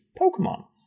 Pokemon